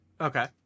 okay